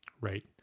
Right